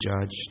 judged